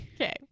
Okay